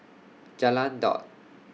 Jalan Daud